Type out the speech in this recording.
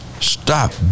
Stop